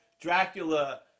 Dracula